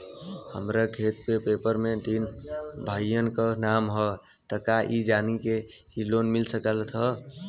हमरे खेत के पेपर मे तीन भाइयन क नाम ह त का एक जानी के ही लोन मिल सकत ह?